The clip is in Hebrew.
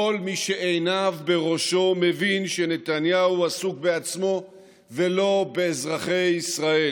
כל מי שעיניו בראשו מבין שנתניהו עסוק בעצמו ולא באזרחי ישראל,